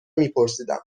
میپرسیدم